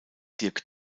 dirk